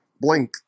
Blink